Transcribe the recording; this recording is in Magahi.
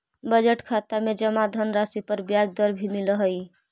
बजट खाता में जमा धनराशि पर ब्याज दर भी मिलऽ हइ